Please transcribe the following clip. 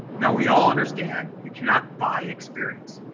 now, we all understand you cannot buy experience.